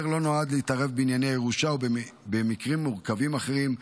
לא נועד להתערב בענייני ירושה או במקרים מורכבים אחרים,